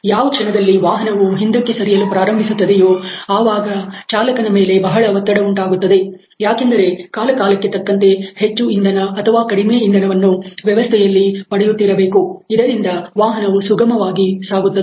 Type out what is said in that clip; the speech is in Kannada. ಯಾವ ಕ್ಷಣದಲ್ಲಿ ವಾಹನವು ಹಿಂದಕ್ಕೆ ಸರಿಯಲು ಪ್ರಾರಂಭಿಸುತ್ತದೆಯೋ ಆವಾಗ ಚಾಲಕನ ಮೇಲೆ ಬಹಳ ಒತ್ತಡ ಉಂಟಾಗುತ್ತದೆ ಯಾಕೆಂದರೆ ಕಾಲಕಾಲಕ್ಕೆ ತಕ್ಕಂತೆ ಹೆಚ್ಚುಇಂಧನ ಅಥವಾ ಕಡಿಮೆ ಇಂಧನವನ್ನು ವ್ಯವಸ್ಥೆಯಲ್ಲಿ ಪಡೆಯುತ್ತಿರಬೇಕುಇದರಿಂದ ವಾಹನವು ಸುಗಮವಾಗಿ ಸಾಗುತ್ತದೆ